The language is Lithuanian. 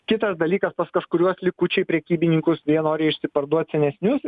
kitas dalykas pas kažkuriuos likučiai prekybininkus jie nori išsiparduot senesnius